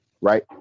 right